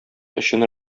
өчен